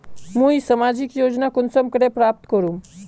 मुई सामाजिक योजना कुंसम करे प्राप्त करूम?